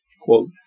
quote